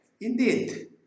Indeed